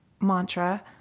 mantra